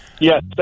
Yes